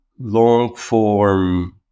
long-form